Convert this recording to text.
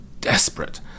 desperate